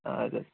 اَدٕ حظ